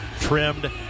trimmed